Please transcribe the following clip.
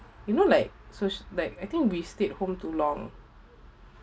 you know like soci~ like I think we stayed home too long